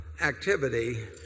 activity